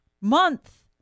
month